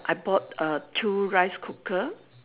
I bought uh two rice cooker